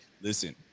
listen